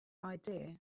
idea